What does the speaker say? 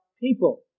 people